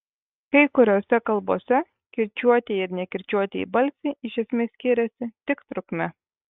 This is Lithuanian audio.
kai kuriose kalbose kirčiuotieji ir nekirčiuotieji balsiai iš esmės skiriasi tik trukme